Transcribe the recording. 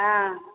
हँ